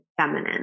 feminine